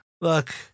Look